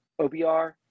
OBR